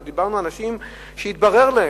דיברנו עם אנשים שהתברר להם,